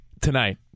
tonight